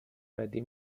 بدی